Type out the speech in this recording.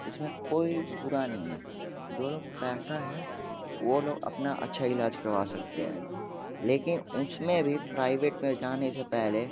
इस में कोई बुरा नहीं है जो लोग पैसा है वो लोग अपना अच्छा इलाज करवा सकते हैं लेकिन उस में भी प्राइवेट में जाने से पहले